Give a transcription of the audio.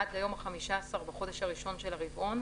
עד ליום החמישה עשר בחודש הראשון של הרבעון,